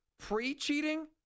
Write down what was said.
pre-cheating